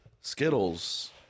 Skittles